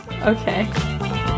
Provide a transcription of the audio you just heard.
okay